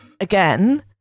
again